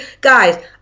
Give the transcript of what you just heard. guys